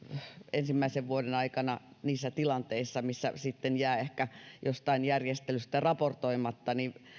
ensimmäisen vuoden aikana niissä tilanteissa missä sitten jää ehkä jostain järjestelystä raportoimatta niin ensimmäisenä vuonna nämä sanktiot seuraisivat siitä vain